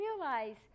realize